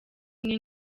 umwe